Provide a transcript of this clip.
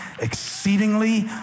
exceedingly